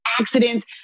accidents